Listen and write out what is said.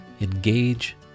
Engage